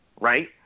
right